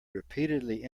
repeatedly